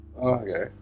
Okay